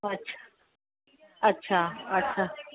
अच्छा अच्छा